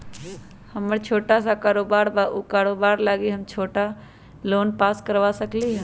हमर छोटा सा कारोबार है उ कारोबार लागी हम छोटा लोन पास करवा सकली ह?